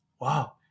Wow